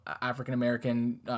African-American